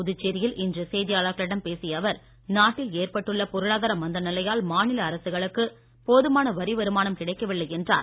புதுச்சேரியில் இன்று செய்தியாளர்களிடம் பேசிய அவர் நாட்டில் ஏற்பட்டுள்ள பொருளாதார மந்த நிலையால் மாநில அரசுகளுக்கு போதுமான வரி வருமானம் கிடைக்கவில்லை என்றார்